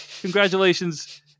congratulations